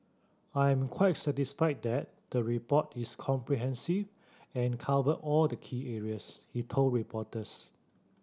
I am quite satisfied that the report is comprehensive and covered all the key areas he told reporters